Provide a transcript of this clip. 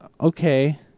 okay